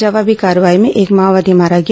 जवाबी कार्रवाई में एक माओवादी मारा गया